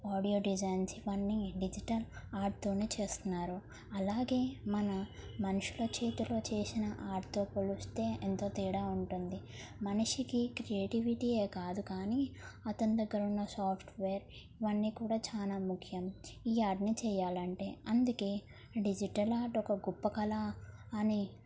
audio designs ఇవన్నీ digital ఆర్ట్తోనే చేస్తున్నారు అలాగే మన మనుషుల చేతిలో చేసిన ఆర్ట్తో కొలుస్తే ఎంతో తేడా ఉంటుంది మనిషికి క్రియేటివిటీ యే కాదు కానీ అతని దగ్గర ఉన్న సాఫ్ట్వేర్ ఇవన్నీ కూడా చాలా ముఖ్యం ఈ ఆర్ట్ని చేయాలంటే అందుకే డిజిటల్ ఆర్ట్ ఒక గొప్ప కళ అని